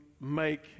make